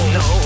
no